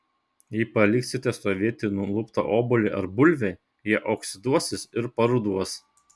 jei paliksite stovėti nuluptą obuolį ar bulvę jie oksiduosis ir paruduos